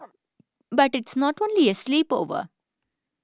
but it's not only a sleepover